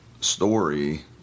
story